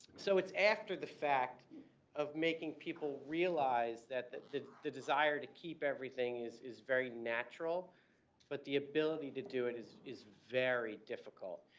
so it's after the fact of making people realize that the the desire to keep everything is is very natural but the ability to do it is is very difficult.